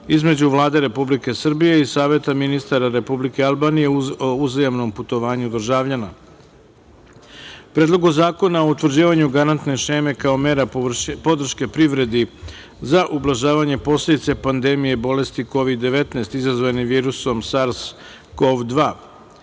između Vlade Republike Srbije i Saveta ministara Republike Albanije o uzajamnom putovanju državljana, Predlogu zakona o utvrđivanju garantne šeme kao mera podrške privredi za ublažavanje posledica pandemije bolesti COVID-19 izazvane virusom SARS-CoV-2